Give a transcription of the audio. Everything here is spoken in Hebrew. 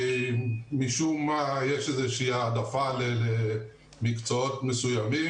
משום מה יש איזושהי העדפה למקצועות מסוימים